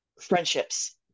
friendships